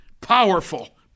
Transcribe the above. powerful